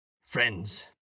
friends